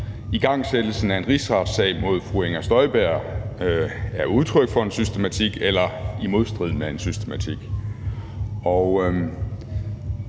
igangsættelsen af en rigsretssag mod fru Inger Støjberg er udtryk for en systematik eller i modstrid med en systematik.